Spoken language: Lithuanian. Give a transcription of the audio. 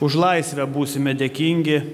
už laisvę būsime dėkingi